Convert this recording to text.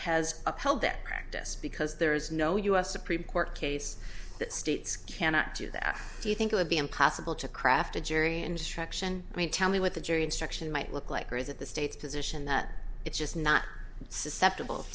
has upheld that practice because there is no u s supreme court case that states cannot do that do you think it would be impossible to craft a jury instruction i mean tell me what the jury instruction might look like or is it the state's position that it's just not susceptible